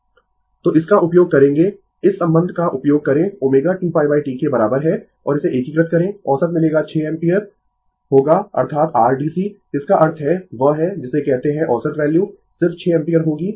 Refer Slide Time 3106 तो इसका उपयोग करेंगें इस संबंध का उपयोग करें ω 2π T के बराबर है और इसे एकीकृत करें औसत मिलेगा 6 एम्पीयर होगा अर्थात r DC इसका अर्थ है वह है जिसे कहते है औसत वैल्यू सिर्फ 6 एम्पीयर होगी